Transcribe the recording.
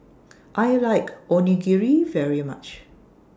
I like Onigiri very much